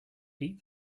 beat